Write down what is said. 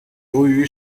由于